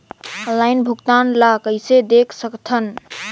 Online भुगतान ल कइसे देख सकथन?